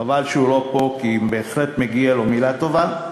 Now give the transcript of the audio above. חבל שהוא לא פה, כי בהחלט מגיעה לו מילה טובה,